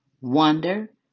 wonder